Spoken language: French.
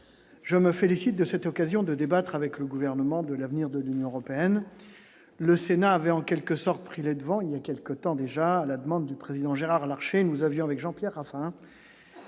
je me félicite de cette occasion de débattre avec le gouvernement de l'avenir de l'Union européenne, le Sénat avait en quelque sorte pris les devants, il y a quelque temps déjà, à la demande du président Gérard Larcher nous avions avec Jean-Pierre Raffarin